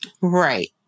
Right